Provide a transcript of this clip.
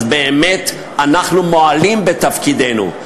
אז באמת אנחנו מועלים בתפקידנו.